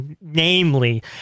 namely